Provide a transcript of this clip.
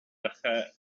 dechrau